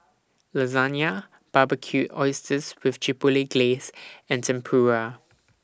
Lasagna Barbecued Oysters with Chipotle Glaze and Tempura